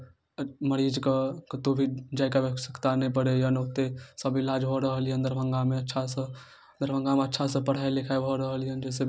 अक्टूबर महीनामे हमसब गेहूँ करैत छी गेहूँके फसल कऽ हमसब जोतबैत छी खेतसँ ओहिमे खाद छीटैत छी ओहिमे गेहूँ छीटैत छी